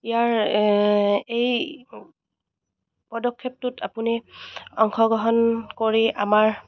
ইয়াৰ এই পদক্ষেপটোত আপুনি অংশগ্ৰহণ কৰি আমাৰ